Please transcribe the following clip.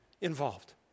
Involved